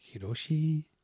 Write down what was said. Hiroshi